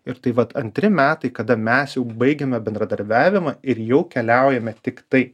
ir tai vat antri metai kada mes jau baigiame bendradarbiavimą ir jau keliaujame tiktai